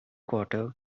quarter